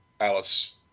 Alice